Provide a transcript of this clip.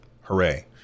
hooray